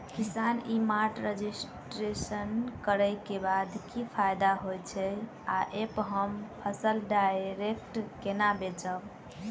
किसान e mart registration करै केँ बाद की फायदा होइ छै आ ऐप हम फसल डायरेक्ट केना बेचब?